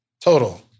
Total